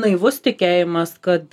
naivus tikėjimas kad